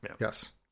Yes